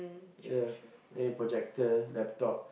ya maybe projector laptop